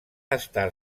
estar